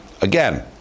again